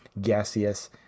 gaseous